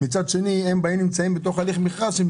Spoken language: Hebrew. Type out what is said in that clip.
מצד שני הם נמצאים בתוך הליך מכרז שהם